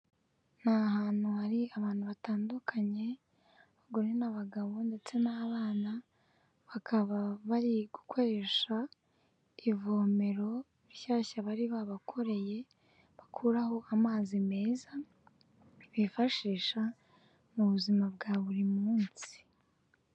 Ni ahantu hari abantu batandukanye, abagore n'abagabo ndetse n'abana, bakaba bari gukoresha ivomero rishyashya bari babakoreye, bakuraho amazi meza bifashisha mu buzima bwa buri munsi.